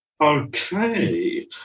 Okay